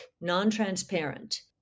non-transparent